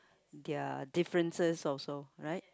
their differences also right